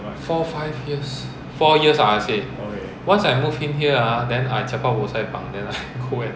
four five years four years lah I say once I moved in here ah then I jiak pah boh sai pang then I go and